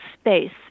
space